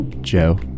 Joe